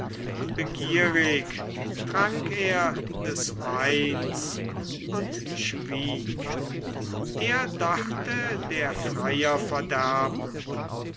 begierig trank er des weins und schwieg er dachte der freier verderben